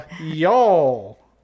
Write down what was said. Y'all